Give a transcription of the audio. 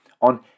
on